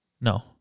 No